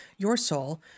yoursoul